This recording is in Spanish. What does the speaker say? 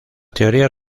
teorías